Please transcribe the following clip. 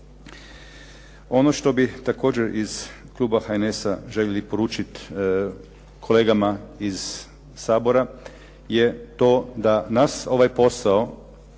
Ono što bi također iz kluba HNS-a željeli poručiti kolegama iz Sabora je to da nas ovaj posao